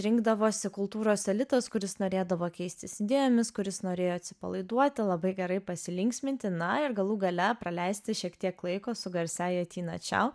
rinkdavosi kultūros elitas kuris norėdavo keistis idėjomis kuris norėjo atsipalaiduoti labai gerai pasilinksminti na ir galų gale praleisti šiek tiek laiko su garsiąja tina čiau